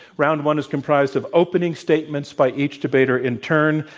round one is comprised of opening statements by each debater in turn.